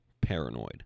paranoid